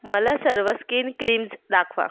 मला सर्व skin creams दाखवा